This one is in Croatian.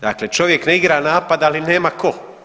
Dakle, čovjek ne igra napad, ali nema tko.